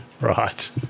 right